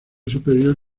superior